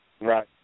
right